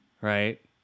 right